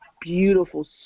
beautiful